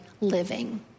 living